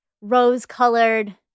rose-colored